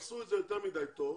עשו את זה יותר מדי טוב.